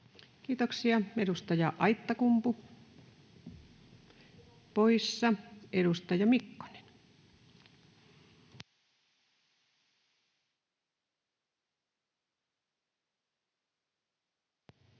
Kiitoksia. — Edustaja Aittakumpu, poissa. — Edustaja Mikkonen. [Speech